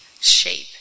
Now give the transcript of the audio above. shape